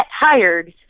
hired